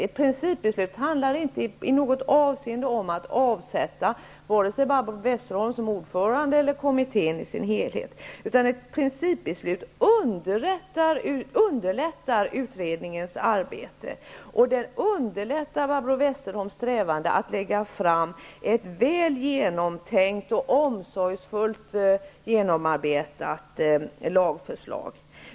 Ett principbeslut handlar inte i något avseende om att avsätta vare sig Barbro Westerholm som ordförande eller kommittén i dess helhet. Ett principbeslut underlättar utredningens arbete och underlättar Barbro Westerholms strävan att lägga fram ett väl genomtänkt och omsorgsfullt genomarbetat lagförslag.